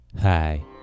hi